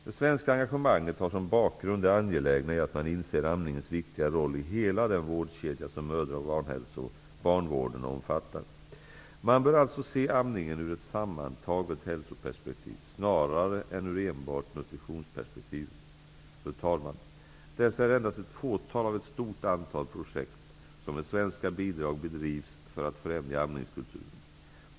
Det svenska engagemanget har som bakgrund det angelägna i att man inser amningens viktiga roll i hela den vårdkedja som mödra och barnavården omfattar. Man bör alltså se amningen ur ett sammantaget hälsoperspektiv, snarare än ur enbart nutritionsperspektivet. Fru talman! Dessa är endast ett fåtal av ett stort antal projekt som med svenska bidrag bedrivs för att främja ''amningskulturen''.